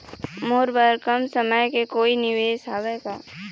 मोर बर कम समय के कोई निवेश हावे का?